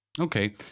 okay